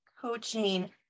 coaching